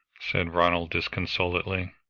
said ronald disconsolately.